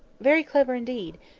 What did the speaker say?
very clear indeed!